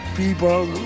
people